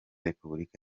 repubulika